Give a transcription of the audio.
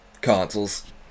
consoles